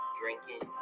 drinking